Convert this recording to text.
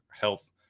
health